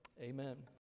amen